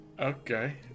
Okay